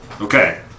Okay